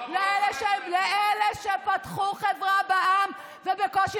ולחברות 15%. לאלה שפתחו חברה בע"מ ובקושי